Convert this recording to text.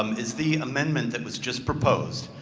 um is the amendment that was just proposed,